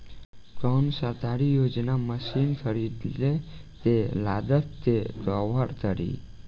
कौन सरकारी योजना मशीन खरीदले के लागत के कवर करीं?